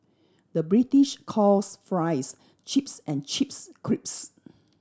the British calls fries chips and chips crisps